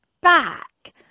back